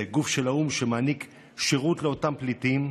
זה גוף של האו"ם שמעניק שירות לאותם פליטים,